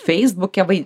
feisbuke vai